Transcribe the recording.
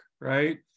right